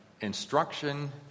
instruction